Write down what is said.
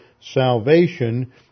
salvation